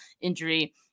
injury